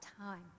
time